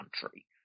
country